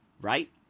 right